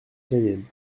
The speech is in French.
cayenne